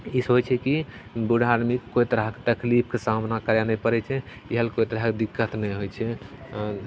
ई से होइ छै कि बूढ़ा आदमीके कोइ तरहके तकलीफके सामना करै नहि पड़ै छै इएह ले कोइ तरहके दिक्कत नहि होइ छै